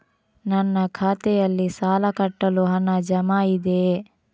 ನನ್ನ ಖಾತೆಯಲ್ಲಿ ಸಾಲ ಕಟ್ಟಲು ಹಣ ಜಮಾ ಇದೆಯೇ?